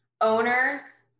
owners